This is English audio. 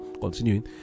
Continuing